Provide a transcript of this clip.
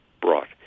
brought